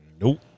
Nope